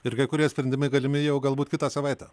ir kai kurie sprendimai galimi jau galbūt kitą savaitę